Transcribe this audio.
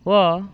ଓ